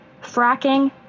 fracking